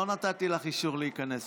לא נתתי לך אישור להיכנס,